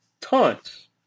tons